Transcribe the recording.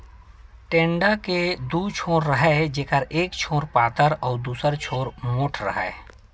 टेंड़ा के दू छोर राहय जेखर एक छोर पातर अउ दूसर छोर मोंठ राहय